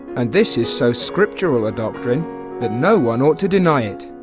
and this is so scriptural a doctrine that no one ought to deny it.